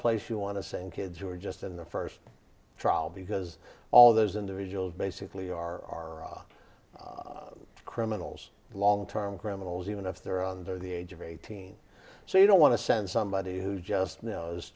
place you want to send kids who are just in the first trial because all those individuals basically are criminals long term criminals even if they're under the age of eighteen so you don't want to send somebody who just know